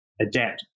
adapt